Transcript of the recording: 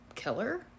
killer